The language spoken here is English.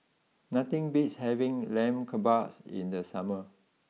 nothing beats having Lamb Kebabs in the summer